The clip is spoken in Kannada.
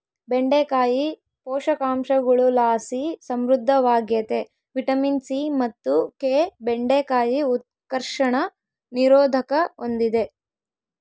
ಬೆಂಡೆಕಾಯಿ ಪೋಷಕಾಂಶಗುಳುಲಾಸಿ ಸಮೃದ್ಧವಾಗ್ಯತೆ ವಿಟಮಿನ್ ಸಿ ಮತ್ತು ಕೆ ಬೆಂಡೆಕಾಯಿ ಉತ್ಕರ್ಷಣ ನಿರೋಧಕ ಹೂಂದಿದೆ